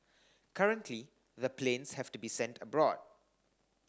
currently the planes have to be sent abroad